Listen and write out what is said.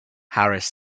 harris